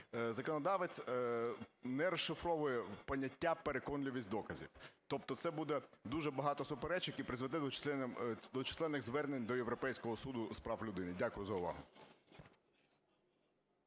законодавець не розшифровує поняття "переконливість доказів". Тобто це буде багато суперечок і призведе до численних звернень до Європейського Суду з прав людини. Дякую за увагу.